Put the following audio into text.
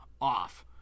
off